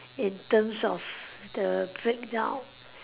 in terms of the breakdown